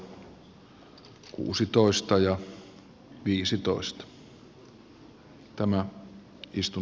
arvoisa puhemies